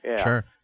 Sure